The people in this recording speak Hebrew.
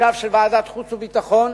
של ועדת החוץ והביטחון